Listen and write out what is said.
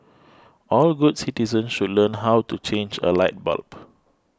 all good citizens should learn how to change a light bulb